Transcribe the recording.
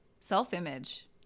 Self-image